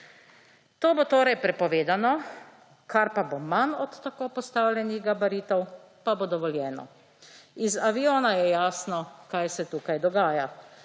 To bo torej prepovedano, kar pa bo manj od tako postavljenih gabaritov pa bo dovoljeno. Iz aviona je jasno kaj se tukaj dogaja.